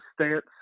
stance